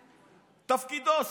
עושה את תפקידו.